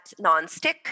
nonstick